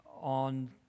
on